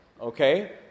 Okay